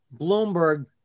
Bloomberg